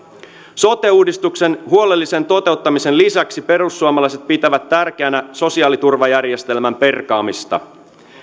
sote uudistuksen huolellisen toteuttamisen lisäksi perussuomalaiset pitävät tärkeänä sosiaaliturvajärjestelmän perkaamista